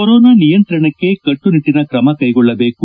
corona ನಿಯಂತ್ರಣಕ್ಕೆ ಕಟ್ಟುನಿಟ್ಟಿನ ಕ್ರಮ ಕ್ಕೆಗೊಳ್ಳಬೇಕು